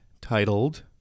titled